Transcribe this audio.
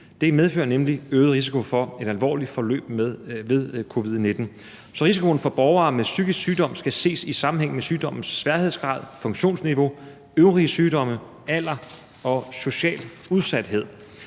Det medfører nemlig øget risiko for et alvorligt forløb med covid-19. Så risikoen for borgere med psykisk sygdom skal ses i sammenhæng med sygdommens sværhedsgrad, funktionsniveau, øvrige sygdomme, alder og social udsathed.